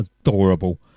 adorable